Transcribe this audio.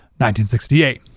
1968